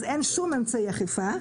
אז אין שום אמצעי אכיפה.